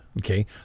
Okay